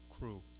crew